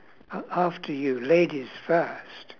a~ after you ladies first